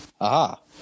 Aha